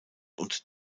und